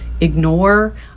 ignore